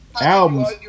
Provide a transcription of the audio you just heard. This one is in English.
albums